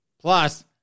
Plus